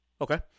Okay